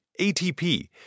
ATP